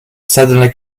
suddenly